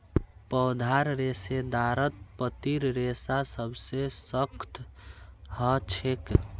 पौधार रेशेदारत पत्तीर रेशा सबसे सख्त ह छेक